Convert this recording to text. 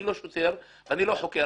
אני לא שוטר ואני לא חוקר.